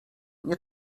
nie